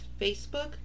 Facebook